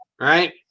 Right